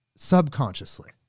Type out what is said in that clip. Subconsciously